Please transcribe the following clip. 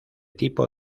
tipo